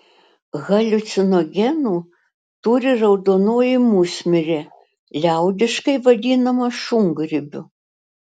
haliucinogenų turi raudonoji musmirė liaudiškai vadinama šungrybiu